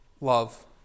Love